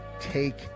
Take